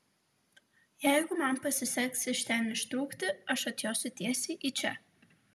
jeigu man pasiseks iš ten ištrūkti aš atjosiu tiesiai į čia